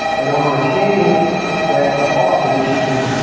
and i'm going to change that to off so that you can.